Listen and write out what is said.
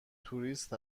توریست